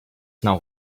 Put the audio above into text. not